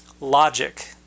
logic